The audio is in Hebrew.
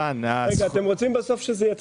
רגע, אתם רוצים בסוף שזה יתחיל משקל.